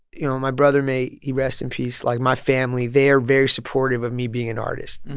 you know, my brother may he rest in peace like my family, they're very supportive of me being an artist,